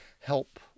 help